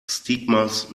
stigmas